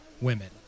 women